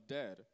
dead